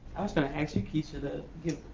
i was gonna ask you kesha the.